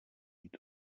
jít